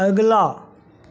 अगिला